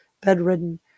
bedridden